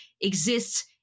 exists